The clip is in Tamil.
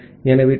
ஆகவே டி